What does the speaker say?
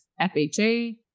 FHA